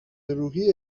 روحی